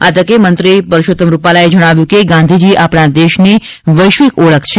આ તકે મંત્રીશ્રી પરસોત્તમભાઈ રૂપાલાએ જણાવ્યું હતું કે ગાંધીજી આપણા દેશની વૈશ્વિક ઓળખ છે